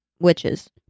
witches